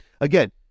again